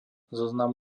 zoznam